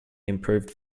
improved